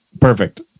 Perfect